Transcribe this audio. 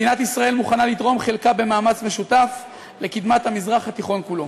מדינת ישראל מוכנה לתרום חלקה במאמץ משותף לקדמת המזרח התיכון כולו".